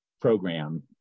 program